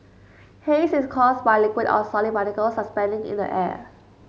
haze is caused by liquid or solid particles suspending in the air